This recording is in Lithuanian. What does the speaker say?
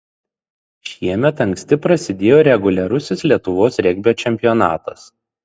šiemet anksti prasidėjo reguliarusis lietuvos regbio čempionatas